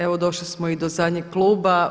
Evo došli smo i do zadnjeg kluba.